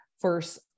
first